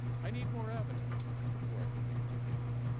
i need more evidence before i can make my case.